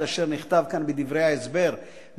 את אשר נכתב כאן בדברי ההסבר,